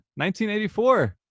1984